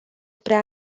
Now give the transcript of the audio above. prea